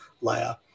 layer